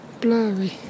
blurry